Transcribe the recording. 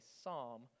psalm